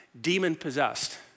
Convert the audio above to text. demon-possessed